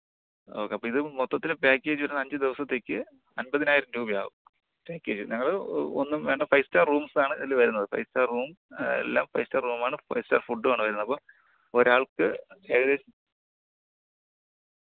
okay അപ്പം ഇത് മൊത്തത്തിൽ പാക്കേജ് വരുന്നത് അഞ്ച് ദിവസത്തേക്ക് അൻപതിനായിരം രൂപയാകും ഓക്കെ നിങ്ങൾ ഒന്നും വേണ്ട ഫൈവ് സ്റ്റാർ റൂംസാണ് ഇതിൽ വരുന്നത് ഫൈവ് സ്റ്റാർ റൂം എല്ലാം ഫൈവ് സ്റ്റാർ റൂമാണ് എല്ലാം ഫൈവ് സ്റ്റാർ ഫുഡ്ഡുമാണ് വരുന്നത് അപ്പം ഒരാൾക്ക് ഏകദേശം